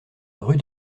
rue